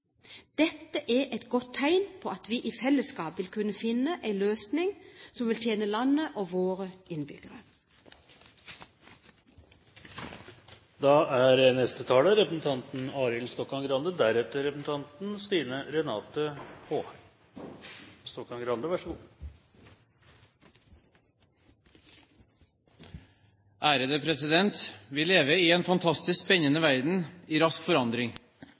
Dette er et godt tegn på at vi i felleskap vil kunne finne en løsning som vil tjene landet og våre innbyggere. Vi lever i en fantastisk spennende verden i rask forandring. Globaliseringen fører oss nærmere hverandre. Vi får et stadig åpnere samfunn, vi